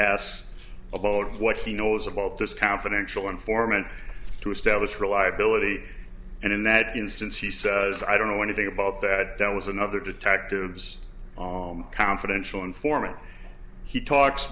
ass about what he knows about this confidential informant to establish reliability and in that instance he says i don't know anything about that that was another detective's confidential informant he talks